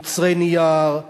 מוצרי נייר,